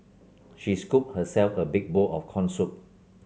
she scooped herself a big bowl of corn soup